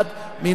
מי נמנע?